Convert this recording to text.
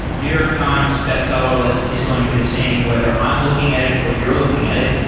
new york times bestseller list is going to be the same whether i'm looking at it or you're looking at it.